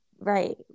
right